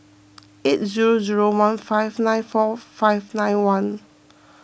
eight zero zero one five nine four five nine one